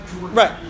right